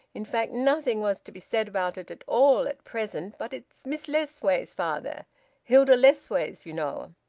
in fact, nothing was to be said about it at all at present. but it's miss lessways, father hilda lessways, you know.